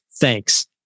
Thanks